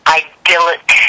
idyllic